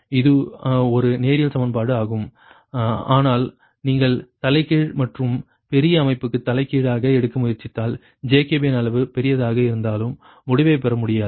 இது ஒரு நேரியல் சமன்பாடு ஆகும் ஆனால் நீங்கள் தலைகீழ் மற்றும் பெரிய அமைப்புக்கு தலைகீழாக எடுக்க முயற்சித்தால் ஜேக்கபியன் அளவு பெரியதாக இருந்தாலும் முடிவைப் பெற முடியாது